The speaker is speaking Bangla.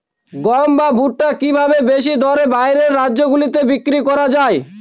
গম বা ভুট্ট কি ভাবে বেশি দরে বাইরের রাজ্যগুলিতে বিক্রয় করা য়ায়?